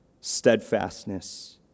steadfastness